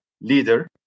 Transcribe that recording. leader